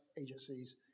agencies